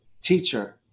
teacher